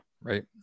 right